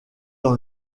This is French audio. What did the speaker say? dans